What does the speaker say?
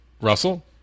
Russell